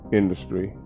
industry